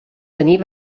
tenir